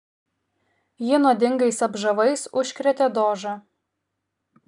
ji nuodingais apžavais užkrėtė dožą